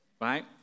right